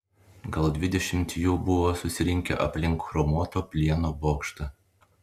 gal dvidešimt jų buvo susirinkę aplink chromuoto plieno bokštą